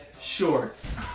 shorts